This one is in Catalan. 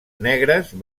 negres